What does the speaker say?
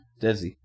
Desi